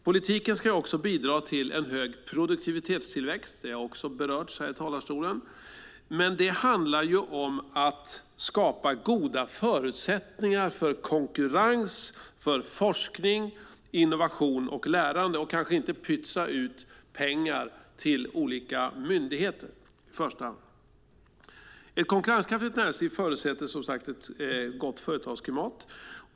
Politiken ska bidra till en hög produktivitetstillväxt - det har också berörts här i talarstolen. Men det handlar om att skapa goda förutsättningar för konkurrens, forskning, innovation och lärande och kanske inte om att pytsa ut pengar till olika myndigheter i första hand. Ett konkurrenskraftigt näringsliv förutsätter, som sagt, ett gott företagsklimat.